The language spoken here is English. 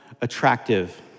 attractive